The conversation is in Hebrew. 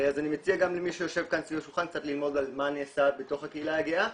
אז אני מציע גם למי שיושב כאן סביב השולחן על מה נעשה בתוך הקהילה הגאה.